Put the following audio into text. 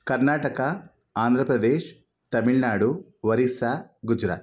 Karnataka Andhra Pradesh Tamil Nadu Orissa Gujarat